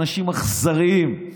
אנשים אכזריים,